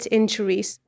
injuries